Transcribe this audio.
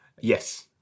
Yes